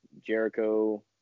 Jericho